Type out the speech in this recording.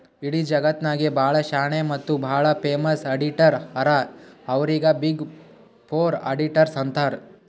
ಇಡೀ ಜಗತ್ನಾಗೆ ಭಾಳ ಶಾಣೆ ಮತ್ತ ಭಾಳ ಫೇಮಸ್ ಅಡಿಟರ್ ಹರಾ ಅವ್ರಿಗ ಬಿಗ್ ಫೋರ್ ಅಡಿಟರ್ಸ್ ಅಂತಾರ್